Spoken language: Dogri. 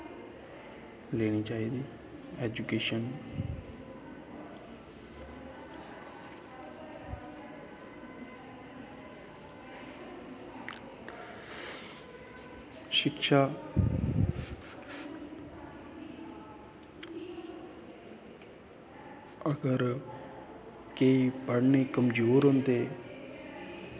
लेनी चाही दी ऐजुकेशन शिक्षा अगर केंई पढ़ने गी कमज़ोर होंदे